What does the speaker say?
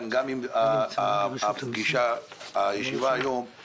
אנחנו עובדים בקצב מהיר על מנת לגבש חלופות שיובאו לקובעי